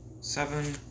seven